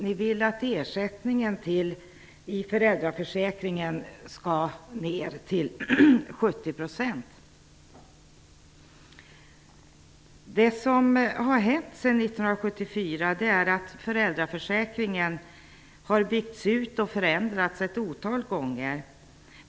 Ni vill att ersättningen i föräldraförsäkringen skall ned till 70 %. Det som hänt sedan 1974 är att föräldraförsäkringen har byggts ut och förändrats ett otal gånger.